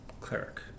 cleric